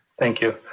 thank you.